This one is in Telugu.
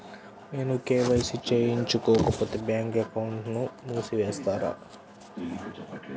నేను కే.వై.సి చేయించుకోకపోతే బ్యాంక్ అకౌంట్ను మూసివేస్తారా?